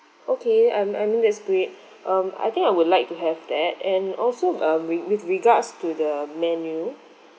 okay um I mean that's great um I think I would like to have that and also um with with regards to the menu